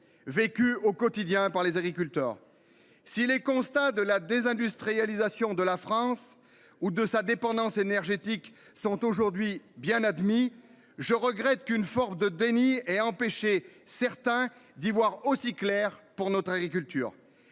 vécue au quotidien par les agriculteurs. Si les constats de la désindustrialisation de la France ou de sa dépendance énergétique sont aujourd'hui bien admis, je regrette qu'une forme de déni et empêcher certains d'y voir aussi clair pour notre agriculture